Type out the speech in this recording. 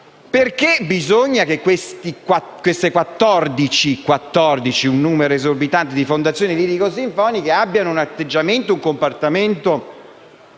necessario che queste 14 - un numero esorbitante - fondazioni lirico-sinfoniche abbiano un atteggiamento e un comportamento